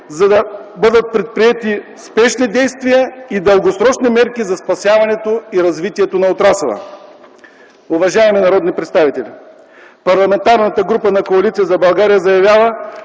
за да бъдат предприети спешни действия и дългосрочни мерки за спасяването и развитието на отрасъла. Уважаеми народни представители, Парламентарната група на Коалиция за България заявява,